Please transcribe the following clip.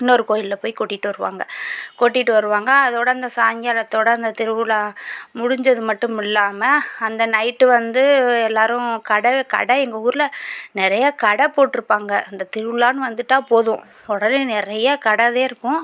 இன்னொரு கோயிலில் போய் கொட்டிட்டு வருவாங்க கொட்டிட்டு வருவாங்க அதோடு அந்த சாயங்காலத்தோடு அந்த திருவிழா முடிஞ்சது மட்டுமில்லாமல் அந்த நைட் வந்து எல்லோரும் கடல் கடை எங்கள் ஊரில் நிறைய கடை போட்டு இருப்பாங்க இந்த திருவிழான்னு வந்துட்டால் போதும் உடனே நிறைய கடை தான் இருக்கும்